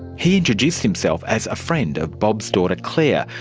he introduced himself as a friend of bob's daughter claire,